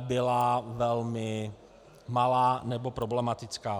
byla velmi malá, nebo problematická.